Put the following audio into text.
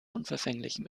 unverfänglichem